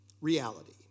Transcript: reality